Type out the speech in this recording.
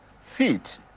feet